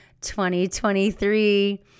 2023